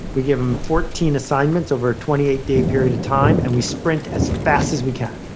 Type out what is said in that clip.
we give them fourteen assignments over a twenty eight day period of time and we sprint as fast as we can.